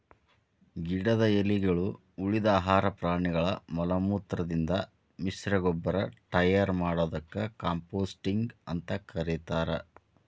ಗಿಡದ ಎಲಿಗಳು, ಉಳಿದ ಆಹಾರ ಪ್ರಾಣಿಗಳ ಮಲಮೂತ್ರದಿಂದ ಮಿಶ್ರಗೊಬ್ಬರ ಟಯರ್ ಮಾಡೋದಕ್ಕ ಕಾಂಪೋಸ್ಟಿಂಗ್ ಅಂತ ಕರೇತಾರ